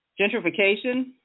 Gentrification